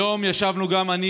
היום ישבנו אני,